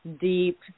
deep